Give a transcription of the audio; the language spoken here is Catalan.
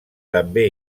també